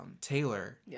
Taylor